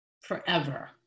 Forever